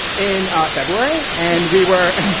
in february, and we were.